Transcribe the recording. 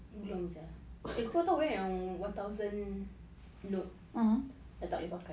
belum sia eh kau tahu kan yang one thousand note dah tak boleh pakai